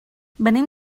venim